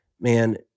man